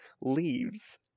leaves